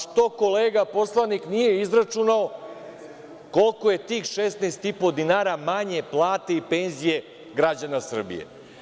Što kolega poslanik nije izračunao koliko je tih 16,5 dinara manje plate i penzije građana Srbije?